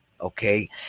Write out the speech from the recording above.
Okay